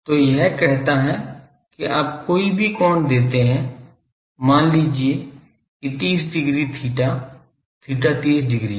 तो यह कहता है कि आप कोई भी कोण देते हैं मान लीजिए कि 30 डिग्री theta theta 30 डिग्री है